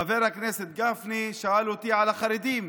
חבר הכנסת גפני שאל אותי על החרדים.